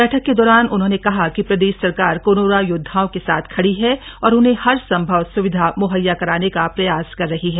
बैठक के दौरान उन्होंने कहा कि प्रदेश सरकार कोरोना योद्दाओं के साथ खड़ी है और उन्हें हर संभव सुविधा मुहैया कराने का प्रयास कर रही है